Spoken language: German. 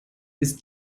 ist